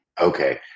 Okay